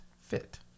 fit